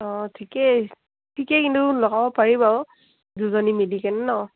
অঁ ঠিকে ঠিকে কিন্তু লগাব পাৰি বাৰু দুজনী মিলি কিনে ন